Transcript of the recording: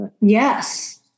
Yes